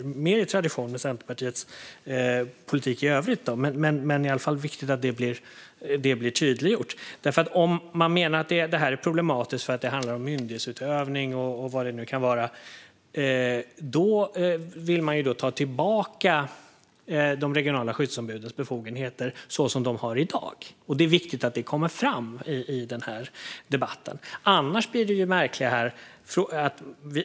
Det är mer en tradition i Centerpartiets politik i övrigt, men det är i alla fall viktigt att det blir tydliggjort. Man menar att det här är problematiskt därför att det handlar om myndighetsutövning och vad det nu kan vara. Man vill därför dra tillbaka de befogenheter som de regionala skyddsombuden har i dag. Det är viktigt att detta kommer fram i den här debatten.